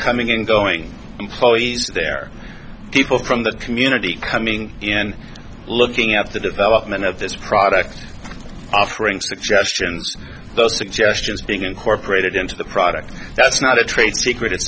coming in going employees there people from the community coming in and looking at the development of this product offering suggestions those suggestions being incorporated into the product that's not a trade secret